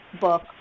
book